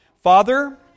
Father